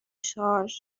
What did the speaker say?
شارژ